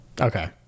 Okay